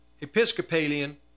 Episcopalian